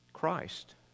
Christ